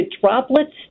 droplets